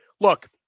look